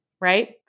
right